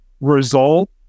result